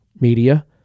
media